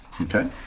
okay